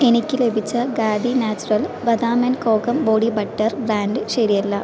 എനിക്ക് ലഭിച്ച ഖാദി നാച്ചുറൽ ബദാം and kokum body butter brand ശരിയല്ല